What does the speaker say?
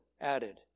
added